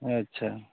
ᱟᱪᱪᱷᱟ